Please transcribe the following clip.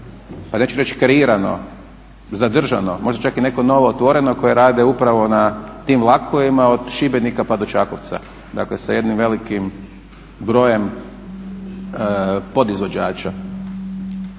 neću reći kreirano, zadržano, možda čak i neko novootvoreno, koje rade upravo na tim vlakovima od Šibenika pa do Čakovca, dakle sa jednim velikim brojem podizvođača.